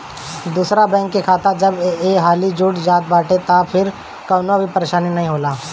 दूसरा बैंक के खाता जब एक हाली जुड़ जात बाटे तअ फिर कवनो परेशानी नाइ होला